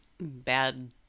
bad